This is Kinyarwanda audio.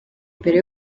mbere